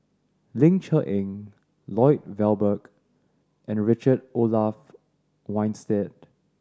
Ling Cher Eng Lloyd Valberg and the Richard Olaf Winstedt